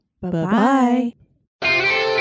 Bye-bye